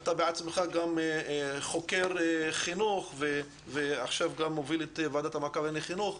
אתה בעצמך חוקר חינוך ועכשיו גם מוביל את ועדת המעקב לענייני חינוך,